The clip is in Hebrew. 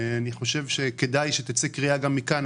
כדאי שתצא גם מכאן קריאה,